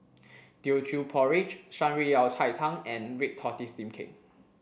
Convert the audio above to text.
Teochew Porridge Shan Rui Yao Cai Tang and red tortoise steam cake